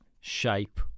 shape